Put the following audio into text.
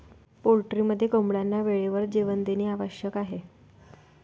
पोल्ट्रीमध्ये कोंबड्यांना वेळेवर जेवण देणे आवश्यक आहे